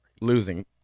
Losing